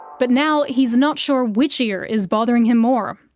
but now he's not sure which ear is bothering him more.